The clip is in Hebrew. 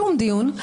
שום דיון.